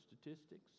statistics